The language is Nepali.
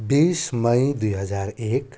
बिस मई दुई हजार एक